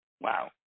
Wow